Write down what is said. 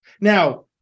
now